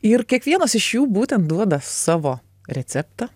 ir kiekvienas iš jų būtent duoda savo receptą